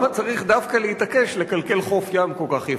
צריך דווקא להתעקש לקלקל חוף כל כך יפה.